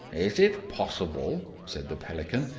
is it possible, said the pelican,